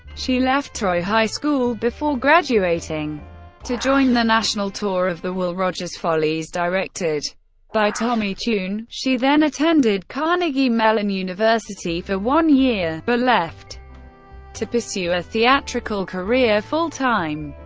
she left troy high school before graduating to join the national tour of the will rogers follies directed by tommy tune she then attended carnegie mellon university for one year, but left to pursue a theatrical career full-time.